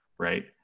right